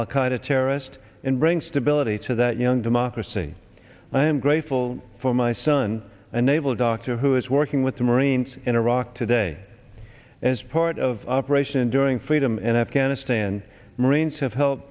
our kind of terrorist and bring stability to that young democracy and i am grateful for my son a naval doctor who is working with the marines in iraq today as part of operation enduring freedom in afghanistan marines have help